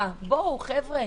בואו, חבר'ה,